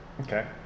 Okay